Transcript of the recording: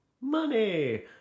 money